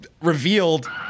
revealed